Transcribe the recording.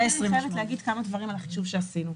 אני רוצה להגיד כמה דברים על החישוב שעשינו.